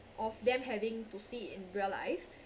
of them having to see in real life